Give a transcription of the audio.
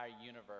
universe